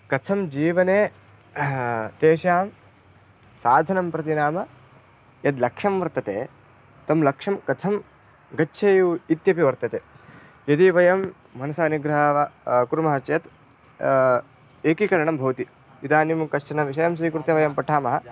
कथं जीवने तेषां साधनं प्रति नाम यद् लक्ष्यं वर्तते तं लक्ष्यं कथं गच्छेयु इत्यपि वर्तते यदि वयं मनसः निग्रहः वा कुर्मः चेत् एकीकरणं भवति इदानीं कश्चन विषयं स्वीकृत्य वयं पठामः